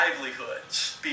livelihoods